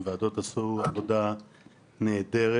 הוועדות עשו עבודה נהדרת,